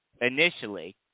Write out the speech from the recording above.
initially